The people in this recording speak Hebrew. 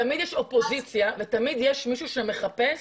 תמיד יש אופוזיציה ותמיד יש מישהו שמחפש,